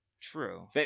True